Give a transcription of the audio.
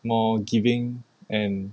more giving and